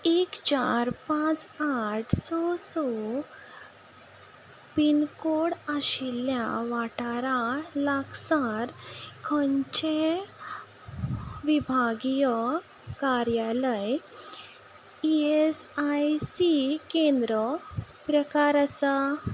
एक चार पांच आठ स स पिनकोड आशिल्ल्या वाठारा लागसार खंयचे विभागीय कार्यालय ई एस आय सी केंद्र प्रकार आसा